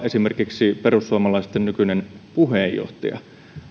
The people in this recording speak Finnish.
esimerkiksi nostaa perussuomalaisten nykyisen puheenjohtajan